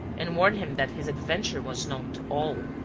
and warned him that his adventure was known to all.